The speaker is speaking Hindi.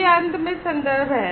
ये अंत में संदर्भ हैं